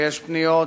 ויש פניות.